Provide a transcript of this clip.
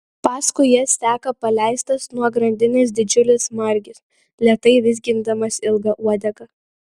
paskui jas seka paleistas nuo grandinės didžiulis margis lėtai vizgindamas ilgą uodegą